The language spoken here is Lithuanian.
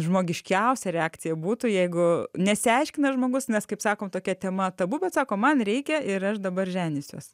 žmogiškiausia reakcija būtų jeigu nesiaiškina žmogus nes kaip sakom tokia tema tabu bet sako man reikia ir aš dabar ženysiuos